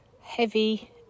heavy